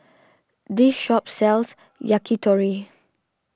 this shop sells Yakitori